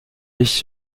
ich